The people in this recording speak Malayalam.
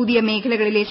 പുതിയ മേഖലകളിലെ